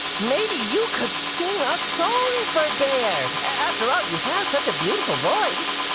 maybe you could sing a song for bear! after all, you have such a beautiful voice.